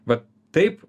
va taip